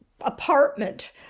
apartment